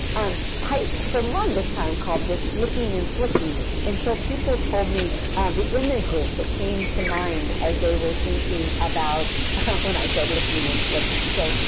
um i, for the longest time, called this licking and flicking until people told me the images that came to mind as they were thinking about when i said licking and flicking. so,